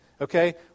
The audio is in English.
Okay